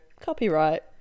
copyright